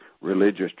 religious